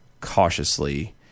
cautiously